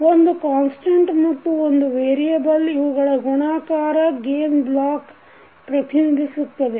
ಒಂದು ಕಾನ್ಸ್ಟೆಂಟ್ ಮತ್ತು ಒಂದು ವೇರಿಯಬಲ್ ಇವುಗಳ ಗುಣಾಕಾರ ಗೇನ್ ಬ್ಲಾಕ್ ಪ್ರತಿನಿಧಿಸುತ್ತದೆ